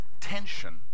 tension